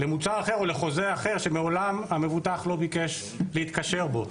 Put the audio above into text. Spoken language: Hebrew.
למוצר אחר או לחוזה אחר שמעולם המבוטח לא ביקש להתקשר בו.